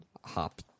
hop